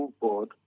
board